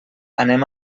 anem